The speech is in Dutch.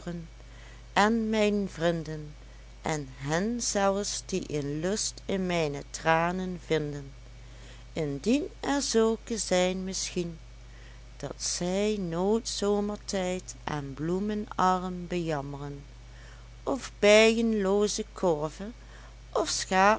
en mijn vrinden en hen zelfs die een lust in mijne tranen vinden indien er zulken zijn misschien dat zij nooit zomertijd aan bloemen arm bejammeren of bijenlooze korve of